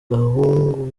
gahungu